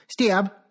Stab